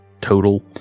total